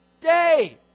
day